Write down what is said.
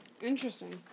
Interesting